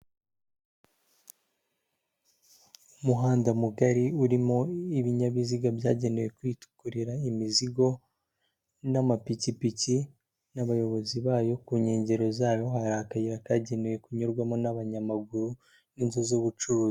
Umuhanda mugari urimo ibinyabiziga byagenewe kwikorera imizigo n'amapikipiki n'abayobozi bayo, ku nkengero zayo hari akayira kagenewe kunyurwamo n'abanyamaguru n'inzu z'ubucuruzi.